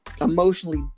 emotionally